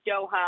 Doha